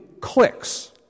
clicks